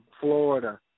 Florida